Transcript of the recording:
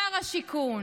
שר השיכון,